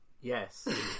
Yes